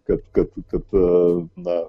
kad kad na